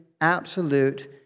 absolute